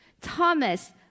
Thomas